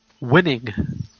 Winning